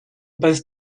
both